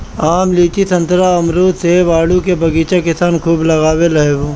आम, लीची, संतरा, अमरुद, सेब, आडू के बगीचा किसान खूब लगावत हवे